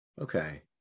okay